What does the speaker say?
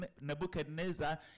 Nebuchadnezzar